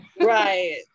right